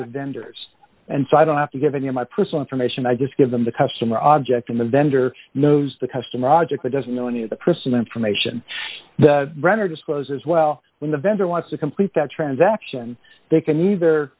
with vendors and so i don't have to give any of my personal information i just give them the customer object and the vendor knows the customer object doesn't know any of the personal information the brenner disclosed as well when the vendor wants to complete that transaction they can either